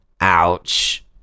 Ouch